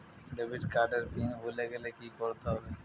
Debit card এর PIN ভুলে গেলে কি করতে হবে?